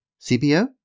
CBO